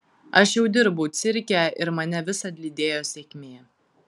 aš jau dirbau cirke ir mane visad lydėjo sėkmė